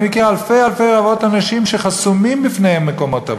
אני מכיר אלפי אלפי רבבות אנשים שחסומים בפניהם מקומות עבודה.